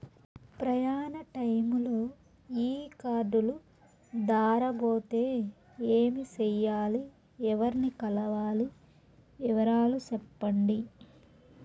ప్రయాణ టైములో ఈ కార్డులు దారబోతే ఏమి సెయ్యాలి? ఎవర్ని కలవాలి? వివరాలు సెప్పండి?